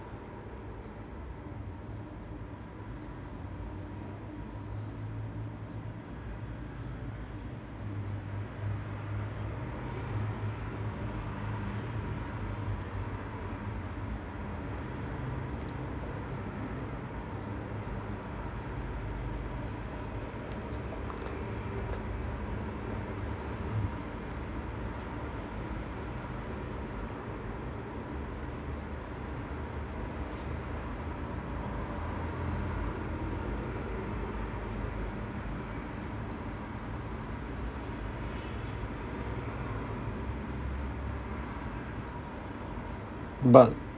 but